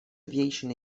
aviation